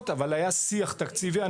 מכובדיי, אנחנו